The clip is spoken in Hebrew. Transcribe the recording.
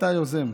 אתה היוזם,